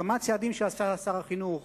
כמה צעדים שעשה שר החינוך